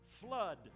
flood